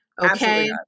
Okay